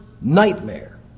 nightmare